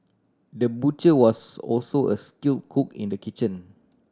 the butcher was also a skill cook in the kitchen